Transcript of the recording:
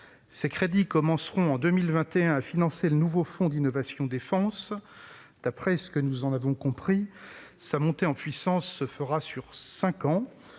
Ces crédits commenceront en 2021 à financer le nouveau fonds innovation défense, le FID ; d'après ce que nous avons compris, sa montée en puissance se fera sur cinq ans.